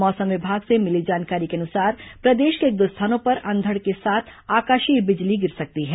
मौसम विभाग से मिली जानकारी के अनुसार प्रदेश के एक दो स्थानों पर अंधड़ के साथ आकाशीय बिजली गिर सकती है